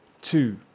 two